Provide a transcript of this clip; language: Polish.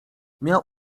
miał